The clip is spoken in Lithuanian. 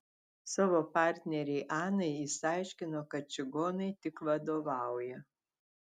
savo partnerei anai jis aiškino kad čigonai tik vadovauja